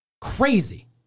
Crazy